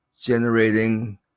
generating